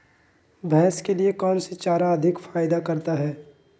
भैंस के लिए कौन सी चारा अधिक फायदा करता है?